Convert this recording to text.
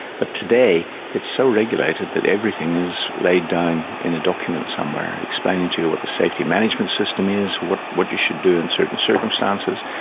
but today it's so regulated that everything is laid down in a document somewhere explaining to you what the safety management system is, what what you should do in certain circumstances.